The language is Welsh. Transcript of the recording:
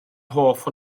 hoff